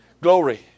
glory